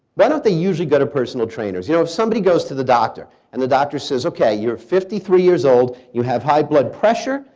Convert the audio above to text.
but they usually go to personal trainer? you know if somebody goes to the doctor and the doctor says, okay, you're fifty three years old, you have high blood pressure,